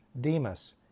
Demas